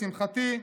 לשמחתי,